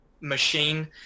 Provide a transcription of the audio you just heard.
machine